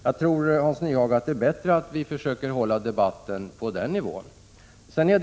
Jag tror, Hans Nyhage, att det är bättre att vi försöker hålla debatten på den nivån.